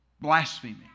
blasphemy